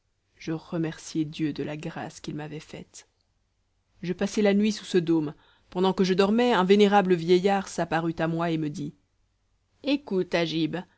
je remerciai dieu de la grâce qu'il m'avait faite je passai la nuit sous ce dôme pendant que je dormais un vénérable vieillard s'apparut à moi et me dit écoute agib